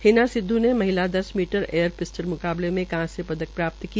हिना सिस्धू ने महिला दस मीटर एयर पिस्टल् म्काबले में कांस्य पदक प्राप्त किया